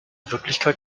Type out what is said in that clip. wirklichkeit